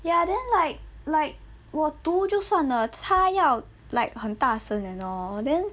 ya then like like 我读就算了她要 like 很大声 lor then